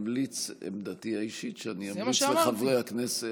שעמדתי האישית היא שאני אמליץ לחברי הכנסת